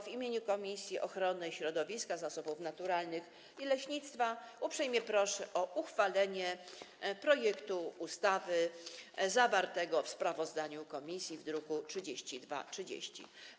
W imieniu Komisji Ochrony Środowiska, Zasobów Naturalnych i Leśnictwa uprzejmie proszę o uchwalenie projektu ustawy zawartego w sprawozdaniu komisji w druku nr 3230.